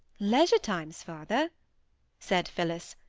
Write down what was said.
leisure times, father said phillis,